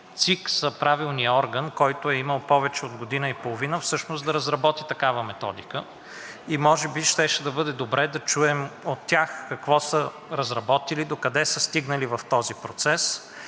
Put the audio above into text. ЦИК са правилният орган, който е имал повече от година и половина всъщност да разработи такава методика. И може би щеше да бъде добре да чуем от тях какво са разработили, докъде са стигнали в този процес